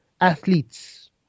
athletes